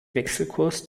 wechselkurs